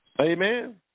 Amen